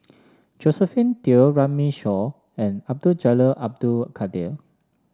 Josephine Teo Runme Shaw and Abdul Jalil Abdul Kadir